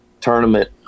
tournament